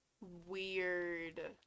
Weird